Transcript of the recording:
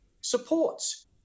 supports